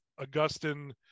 Augustine